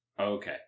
Okay